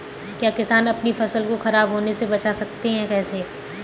क्या किसान अपनी फसल को खराब होने बचा सकते हैं कैसे?